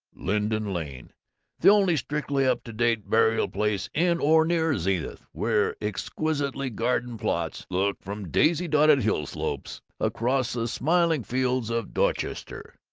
linden lane the only strictly up-to-date burial place in or near zenith, where exquisitely gardened plots look from daisy-dotted hill-slopes across the smiling fields of dorchester.